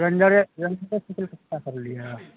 रेंजरे ranger साइकिलके पता करलियै यऽ